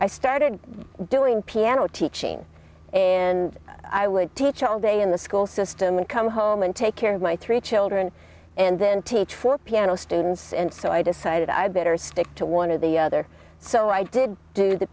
i started doing piano teaching in i would teach all day in the school system and come home and take care of my three children and then teach for piano students and so i decided i better stick to one of the other so i did do the